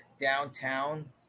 downtown